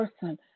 person